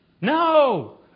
No